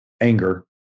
anger